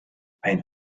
ein